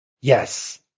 Yes